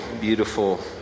beautiful